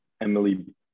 Emily